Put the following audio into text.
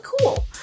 cool